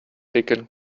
taken